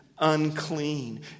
unclean